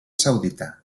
saudita